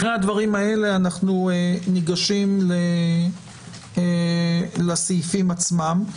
אחרי הדברים האלה אנחנו ניגשים לסעיפים עצמם.